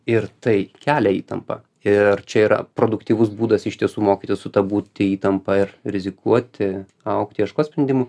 ir tai kelia įtampą ir čia yra produktyvus būdas iš tiesų mokytis su ta būti įtampa ir rizikuoti augti ieškot sprendimų